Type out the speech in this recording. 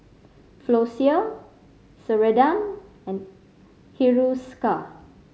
Floxia Ceradan and Hiruscar